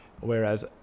whereas